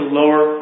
lower